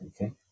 okay